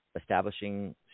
establishing